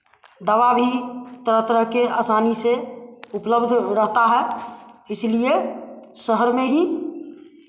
दवा भी तरह तरह के आसानी से उपलब्ध रहता है इसीलिए शहर में ही